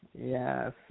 Yes